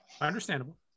understandable